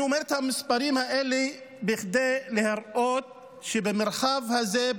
אני אומר את המספרים האלה כדי להראות שבמרחב הזה,